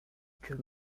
que